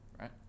right